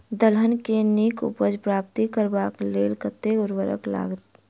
दलहन केँ नीक उपज प्राप्त करबाक लेल कतेक उर्वरक लागत?